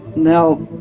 now,